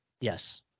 Yes